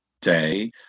day